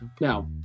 Now